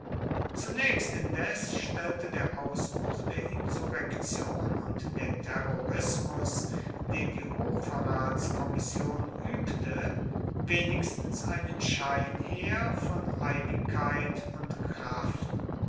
zunächst indes stellte der ausbruch der insurrektion und der terrorismus den die hochverratskommission übte wenigstens einen schein her von einigkeit und kraft